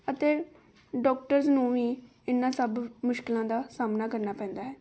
ਅਤੇ ਡਾਕਟਰਸ ਨੂੰ ਵੀ ਇਹਨਾਂ ਸਭ ਮੁਸ਼ਕਿਲਾਂ ਦਾ ਸਾਹਮਣਾ ਕਰਨਾ ਪੈਂਦਾ ਹੈ